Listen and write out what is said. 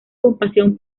compasión